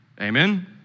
amen